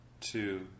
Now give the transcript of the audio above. two